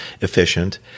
efficient